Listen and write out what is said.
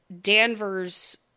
Danvers